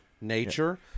nature